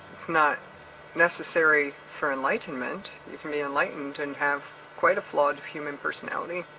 it's not necessary for enlightenment. you can be enlightened and have quite a flawed human personality.